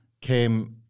came